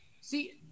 See